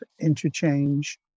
interchange